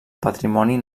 patrimoni